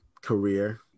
career